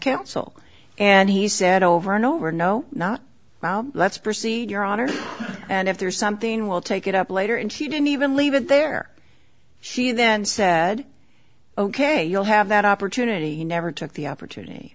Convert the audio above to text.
counsel and he said over and over no not well let's proceed your honor and if there's something we'll take it up later and she didn't even leave it there she then said ok you'll have that opportunity you never took the opportunity